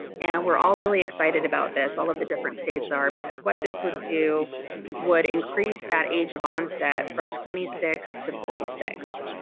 and we're all really excited about this, all of the different states are, because what this would do is increase that age of onset from twenty six to forty six.